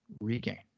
regain